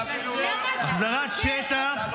למה אתה משקר, אבל, למה אתה משקר?